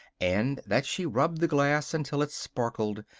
and that she rubbed the glass until it sparkled,